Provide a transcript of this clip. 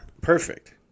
Perfect